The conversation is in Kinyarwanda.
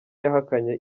yahakanye